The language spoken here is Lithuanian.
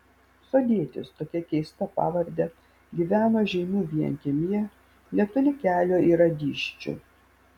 sodietis tokia keista pavarde gyveno žeimių vienkiemyje netoli kelio į radyščių